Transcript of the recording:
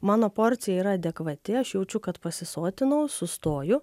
mano porcija yra adekvati aš jaučiu kad pasisotinau sustoju